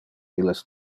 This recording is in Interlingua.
illes